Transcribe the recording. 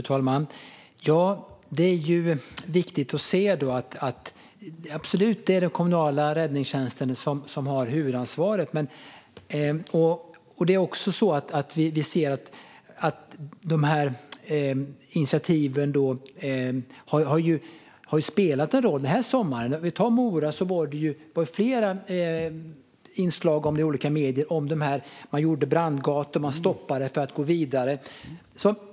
Fru talman! Det är viktigt att se att det absolut är den kommunala räddningstjänsten som har huvudansvaret, och vi ser att de här initiativen har spelat en roll den här sommaren. Det var flera inslag i olika medier om hur man i Mora gjorde brandgator och stoppade elden från att gå vidare.